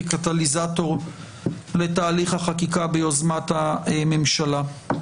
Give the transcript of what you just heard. כקטליזטור לתהליך החקיקה ביוזמת הממשלה.